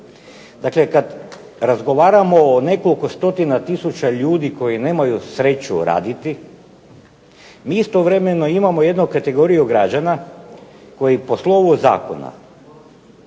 Dakle, kad razgovaramo o nekoliko stotina tisuća ljudi koji nemaju sreću raditi mi istovremeno imamo jednu kategoriju građana koji po slovu zakona